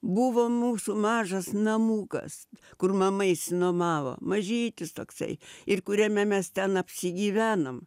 buvo mūsų mažas namukas kur mama išsinuomavo mažytis toksai ir kuriame mes ten apsigyvenom